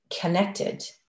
connected